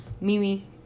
Mimi